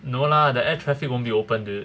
no lah the air traffic won't be open dude